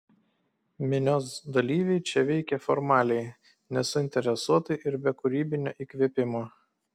minios dalyviai čia veikė formaliai nesuinteresuotai ir be kūrybinio įkvėpimo